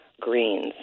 greens